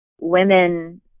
Women